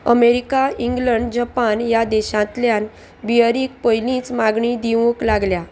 America England Japan ह्या देशांतल्यान बियरीक पयलींच मागणी दिवूंक लागल्या